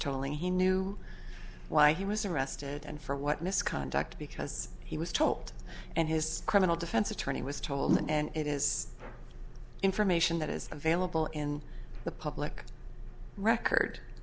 tolling he knew why he was arrested and for what misconduct because he was told and his criminal defense attorney was told and it is information that is available in the public record